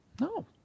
No